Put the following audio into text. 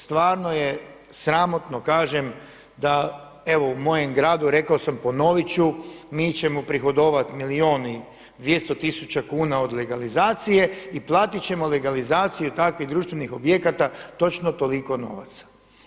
Stvarno je sramotno, kažem da evo u mojem gradu, rekao sam ponoviti ću, mi ćemo prihodovati milijun i 200 tisuća kuna od legalizacije i platiti ćemo legalizaciju takvih društvenih objekata točno toliko novaca.